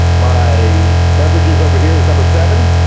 my beverages over here is number seven,